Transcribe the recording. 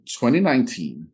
2019